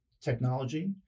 technology